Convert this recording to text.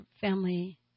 family